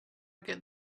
get